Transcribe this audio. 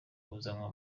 kuzanwa